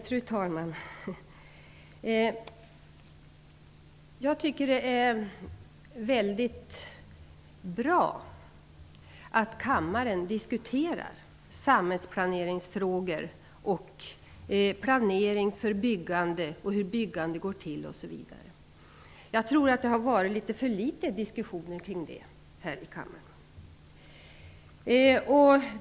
Fru talman! Jag tycker att det är bra att kammaren diskuterar frågor om samhällsplanering och byggplanering och hur byggandet skall gå till osv. Jag tror att det har varit för få diskussioner om detta i kammaren.